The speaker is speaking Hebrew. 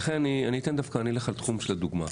אני אלך על התחום של הדוגמה.